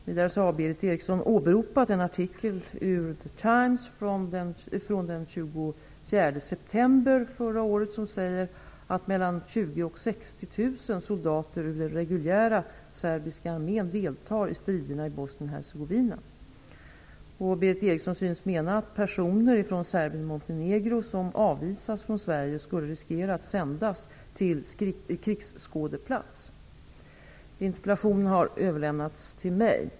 Vidare har Berith Eriksson åberopat en artikel ur The Times från den 24 september 1993 som säger att mellan 20 000 och 60 000 soldater ur den reguljära serbiska armén deltar i striderna i Bosnien-Hercegovina. Berith Eriksson synes mena att personer från Serbien-Montenegro som avvisas från Sverige skulle riskera att sändas till krigsskådeplats. Interpellationen har överlämnats till mig.